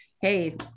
Hey